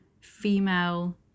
female